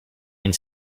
and